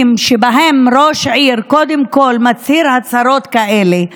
שבהם ראש עיר קודם כול מצהיר הצהרות כאלה.